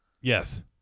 Yes